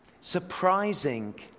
surprising